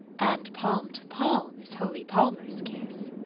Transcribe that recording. and palm to palm is holy palmers' kiss.